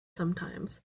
sometimes